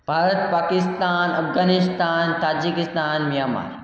Bharat Pakistan Afghanistan Tajikistan Myanmar